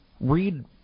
Read